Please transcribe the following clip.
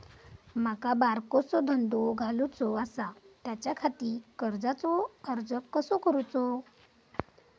माका बारकोसो धंदो घालुचो आसा त्याच्याखाती कर्जाचो अर्ज कसो करूचो?